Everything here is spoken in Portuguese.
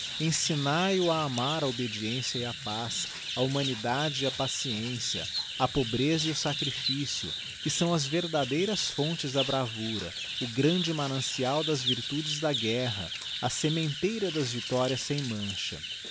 sangue ensinae o a amar a obediência e a paz ahumadigiti zedby google nidade e a paciência a pobreza e o sacrifício que são as verdadeiras fontes da bravura o grande manancial das viitudes da guerra a sementeira das victorias sem mancha